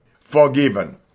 forgiven